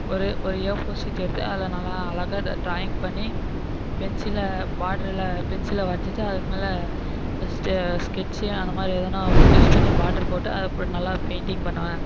ஒரு ஒரு A four சீட்டை எடுத்து அதில் நல்ல அழகாக ட்ரா ட்ராயிங் பண்ணி பென்சிலை பார்டருல பென்சிலில் வரைஞ்சிட்டு அதுக்கு மேலே ஃபஸ்ட்டு ஸ்கெட்ச்சி அந்த மாதிரி எதுனா யூஸ் பண்ணி பாட்ரு போட்டு அது அப்றம் நல்லா பெயிண்ட்டிங் பண்ணுவேன்